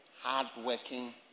hard-working